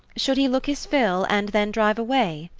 should he look his fill and then drive away?